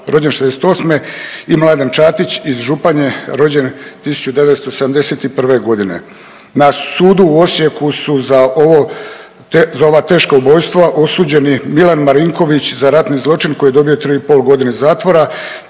rođen '68. i Mladen Čatić iz Županje rođen 1971. godine. Na sudu u Osijeku su za ovo, za ova teška ubojstva osuđeni Milan Marinković za ratni zločin koji je dobio 3,5 godine zatvora